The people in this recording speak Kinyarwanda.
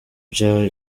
bya